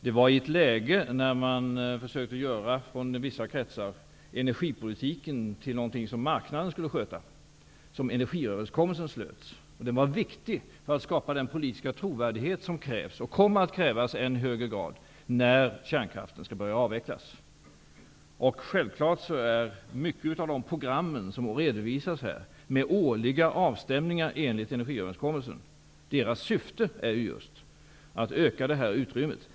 Det var i ett läge när man i vissa kretsar försökte göra energipolitik till någonting som marknaden skulle sköta som energiöverenskommelsen slöts. Den var viktig för att skapa den politiska trovärdighet som krävs och kommer att krävas i än högre grad när kärnkraften skall börja avvecklas. Självfallet är syftet med de program som redovisas här, med årliga avstämningar enligt energiöverenskommelsen, just att öka detta utrymme.